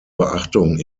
beachtung